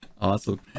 Awesome